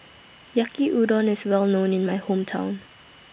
Yaki Udon IS Well known in My Hometown